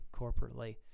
corporately